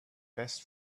best